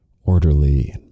orderly